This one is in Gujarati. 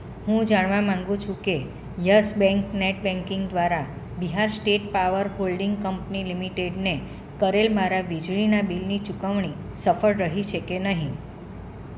હું જાણવા માગું છું કે યસ બેંક નેટ બેંકિંગ દ્વારા Bihar state power holding company લિમિટેડને કરેલ મારા વીજળીના બિલની ચુકવણી સફળ રહી છે કે નહીં